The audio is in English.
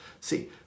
See